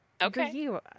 okay